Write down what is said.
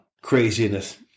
craziness